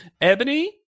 ebony